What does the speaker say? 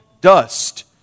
dust